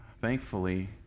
thankfully